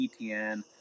ETN